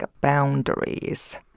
boundaries